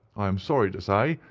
i am sorry to say,